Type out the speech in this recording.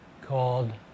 called